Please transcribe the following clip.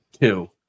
Two